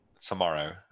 tomorrow